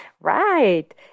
Right